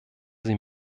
sie